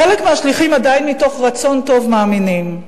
חלק מהשליחים עדיין, מתוך רצון טוב, מאמינים.